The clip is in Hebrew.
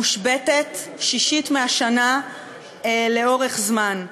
מושבתת, שישית מהשנה לאורך זמן.